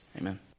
Amen